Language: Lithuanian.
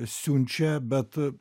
siunčia bet